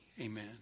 amen